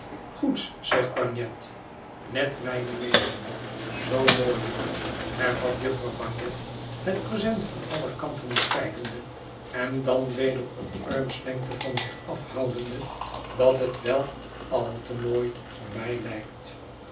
goed zegt bagnet net mijne meening zoo mooi george hervat jufvrouw bagnet het present van alle kanten bekijkende en dan weder op armslengte van zich af houdende dat het wel al te mooi voor mij lijkt